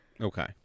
Okay